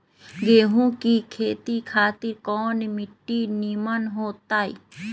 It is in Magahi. गेंहू की खेती खातिर कौन मिट्टी निमन हो ताई?